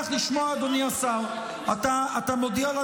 -- אתה לא מעודכן.